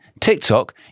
TikTok